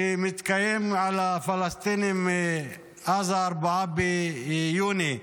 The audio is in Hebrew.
שמתקיים על הפלסטינים מאז 4 ביוני 1967,